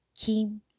Kim